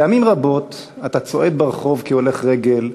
פעמים רבות אתה צועד ברחוב כהולך רגל,